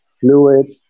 fluid